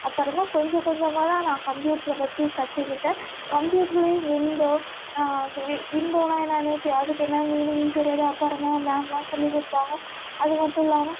அப்புறமா கொஞ்சம் கொஞ்சமாக தான் நான் கம்ப்யூட்டர பற்றி கற்றுக்கிட்டேன் கம்ப்யூட்டரிலியும் விண்டோ பி வி விண்டோனால் என்னான்னே தெரியாது அதுக்கு என்ன மீனிங் தெரியாது அப்புறோம் தான் மேம்லாம் சொல்லிக் கொடுத்தாங்க அது மட்டும் இல்லாமல்